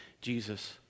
Jesus